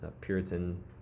Puritan